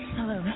Hello